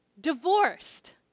divorced